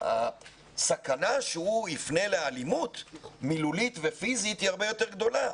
הסכנה שהוא יפנה לאלימות מילולית ופיזית היא הרבה יותר גדולה.